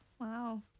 wow